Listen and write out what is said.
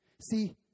See